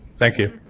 thank you.